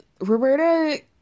Roberta